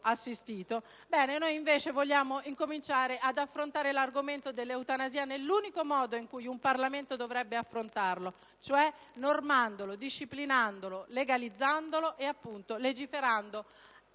assistito. Bene, vogliamo invece incominciare ad affrontare l'argomento dell'eutanasia nell'unico modo in cui un Parlamento dovrebbe fare, cioè normandolo, disciplinandolo, legalizzandolo e, appunto, legiferando,